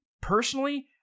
personally